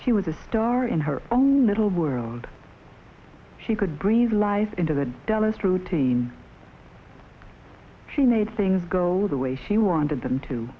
she was a star in her own little world she could breathe life into the dallas routine she made things go the way she wanted them to